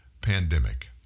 pandemic